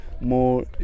more